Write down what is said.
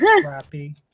crappy